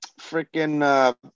freaking